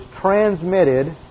transmitted